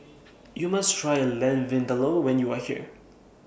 YOU must Try Lamb Vindaloo when YOU Are here